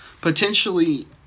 potentially